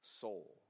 soul